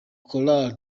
chorale